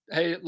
Hey